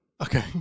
okay